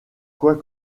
quoi